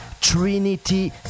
Trinity